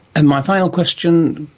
and my final question,